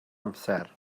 amser